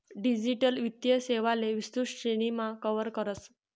digital वित्तीय सेवांले विस्तृत श्रेणीमा कव्हर करस